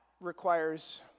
requires